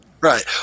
Right